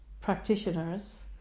practitioners